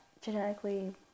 genetically